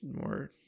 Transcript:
more